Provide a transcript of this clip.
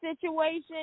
situation